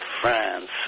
France